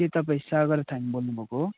के तपाईँ सागर थामी बोल्नु भएको हो